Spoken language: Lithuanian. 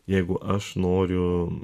jeigu aš noriu